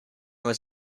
was